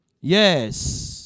Yes